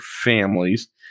families